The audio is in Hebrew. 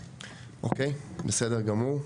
אוקיי, בסדר גמור.